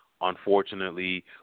unfortunately